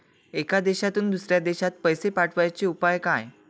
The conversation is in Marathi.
एका देशातून दुसऱ्या देशात पैसे पाठवचे उपाय काय?